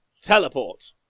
teleport